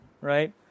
right